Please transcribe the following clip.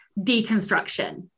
deconstruction